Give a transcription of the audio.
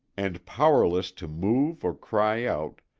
and powerless to move or cry out,